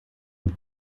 und